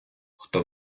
хто